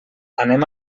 anem